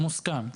נכון, מוסכם.